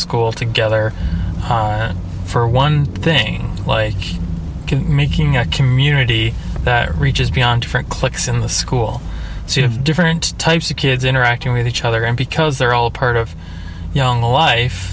school together for one thing like making a community that reaches beyond different cliques in the school to have different types of kids interacting with each other and because they're all part of young life